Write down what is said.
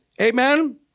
amen